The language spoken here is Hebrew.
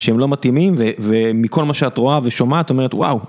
שהם לא מתאימים, ומכל מה שאת רואה ושומעת, את אומרת וואו.